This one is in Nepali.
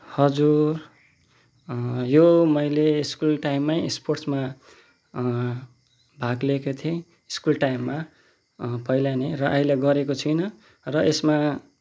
हजुर यो मैले स्कुल टाइममै स्पोर्ट्समा भाग लिएको थिएँ स्कुल टाइममा पहिला नै अहिले गरेको छैन र यसमा